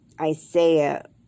Isaiah